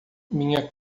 minha